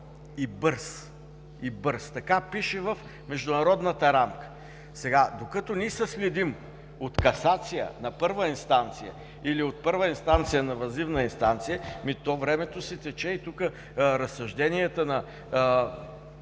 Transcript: и бърз“. И бърз! Така пише в Международната рамка. Докато ние се следим от касация на първа инстанция, или от първа инстанция на въззивна инстанция? Ами, то времето си тече и тук разсъжденията на